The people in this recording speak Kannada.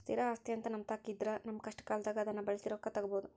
ಸ್ಥಿರ ಆಸ್ತಿಅಂತ ನಮ್ಮತಾಕ ಇದ್ರ ನಮ್ಮ ಕಷ್ಟಕಾಲದಾಗ ಅದ್ನ ಬಳಸಿ ರೊಕ್ಕ ತಗಬೋದು